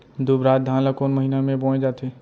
दुबराज धान ला कोन महीना में बोये जाथे?